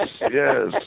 Yes